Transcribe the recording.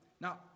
Now